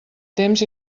temps